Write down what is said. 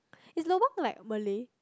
is lor well like Malay